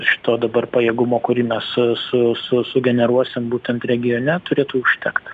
šito dabar pajėgumo kurį mes su su su sugeneruosim būtent regione turėtų užtekt